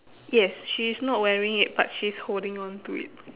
yes she's not wearing it but she's holding on to it